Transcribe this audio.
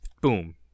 boom